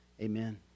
Amen